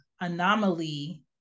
anomaly